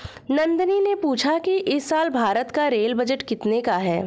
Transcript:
नंदनी ने पूछा कि इस साल भारत का रेल बजट कितने का है?